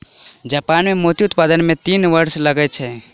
Japan मे मोती उत्पादन मे तीन वर्ष लगै छै